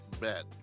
Bet